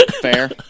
Fair